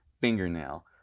fingernail